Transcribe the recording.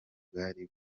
bwari